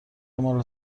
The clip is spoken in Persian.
مال